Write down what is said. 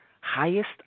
highest